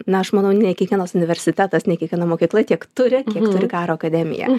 na aš manau ne kiekvienas universitetas ne kiekviena mokykla tiek turi kiek turi karo akademija